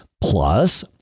Plus